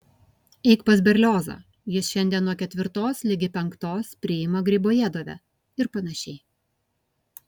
eik pas berliozą jis šiandien nuo ketvirtos ligi penktos priima gribojedove ir panašiai